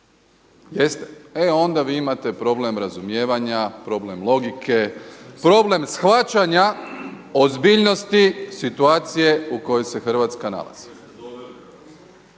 Jeste. E onda vi imate problem razumijevanja, problem logike, problem shvaćanja ozbiljnosti situacije u kojoj se Hrvatska nalazi.